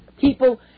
people